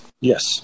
Yes